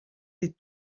des